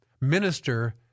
minister